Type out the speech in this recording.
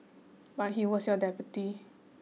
but he was your deputy